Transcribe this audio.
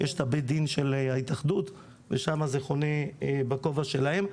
כי יש את בית הדין של ההתאחדות ושם זה חונה בכובע שלהם.